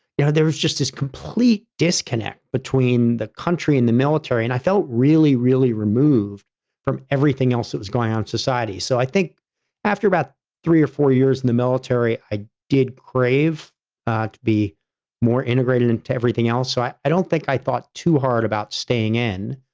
you know, there's just as complete disconnect between the country and the military. and i felt really, really removed from everything else that was going on in society. so, i think after about three or four years in the military, i did crave to be more integrated into everything else. so, i i don't think i thought too hard about staying in.